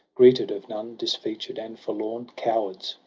greeted of none, disfeatured and forlorn a cowards,